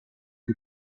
suo